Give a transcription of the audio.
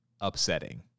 upsetting